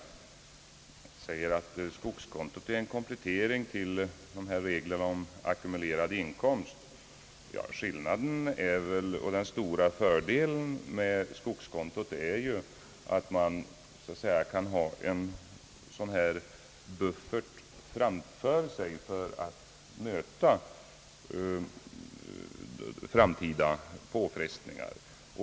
Det sägs att skogskontot är en komplettering till reglerna om ackumulerad inkomst. Den stora fördelen med skogskontot är ju att man så att säga kan ha en buffert framför sig för att möta framtida påfrestningar.